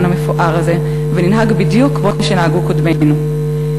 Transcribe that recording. המפואר הזה וננהג בדיוק כמו שנהגו קודמינו.